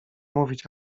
mówić